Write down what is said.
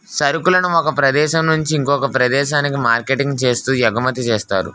సరుకులను ఒక ప్రదేశం నుంచి ఇంకొక ప్రదేశానికి మార్కెటింగ్ చేస్తూ ఎగుమతి చేస్తారు